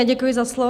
Děkuji za slovo.